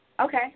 Okay